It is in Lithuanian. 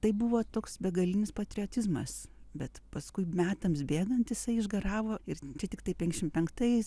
tai buvo toks begalinis patriotizmas bet paskui metams bėgant jisai išgaravo ir čia tiktai penkiašim penktais